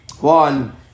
One